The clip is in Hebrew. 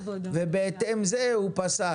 ובהתאם זה הוא פסק.